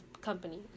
company